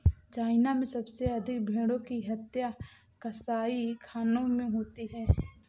China में सबसे अधिक भेंड़ों की हत्या कसाईखानों में होती है